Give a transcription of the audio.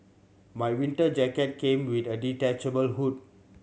my winter jacket came with a detachable hood